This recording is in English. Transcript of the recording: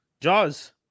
jaws